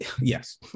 Yes